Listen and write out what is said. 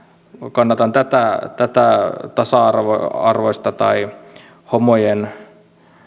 kannatan tätä tätä tasa arvoista tai homojen